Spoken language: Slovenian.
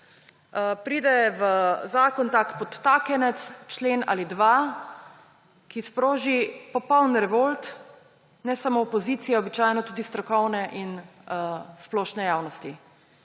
pride tak podtaknjenec, v člen ali dva, ki sproži popoln revolt ne samo opozicije, običajno tudi strokovne in splošne javnosti.